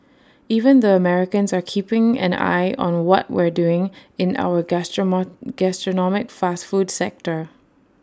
even the Americans are keeping an eye on what we're doing in our gastronomic fast food sector